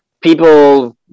people